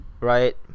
right